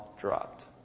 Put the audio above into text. dropped